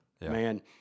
Man